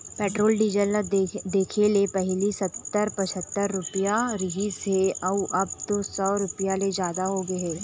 petrol diesel ल देखले पहिली सत्तर, पछत्तर रूपिया रिहिस हे अउ अब तो सौ रूपिया ले जादा होगे हे